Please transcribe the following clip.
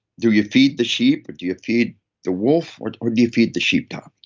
do you feed the sheep, or do you feed the wolf, or or do you feed the sheepdog?